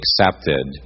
accepted